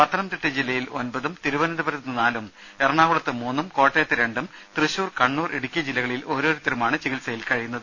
പത്തനംതിട്ട ജില്ലയിൽ ഒൻപതും തിരുവനന്തപുരത്ത് നാലും എറണാകുളത്ത് മൂന്നും കോട്ടയത്ത് രണ്ടും തൃശൂർ കണ്ണൂർ ഇടുക്കി ജില്ലകളിൽ ഓരോരുത്തരുമാണ് ചികിത്സയിൽ കഴിയുന്നത്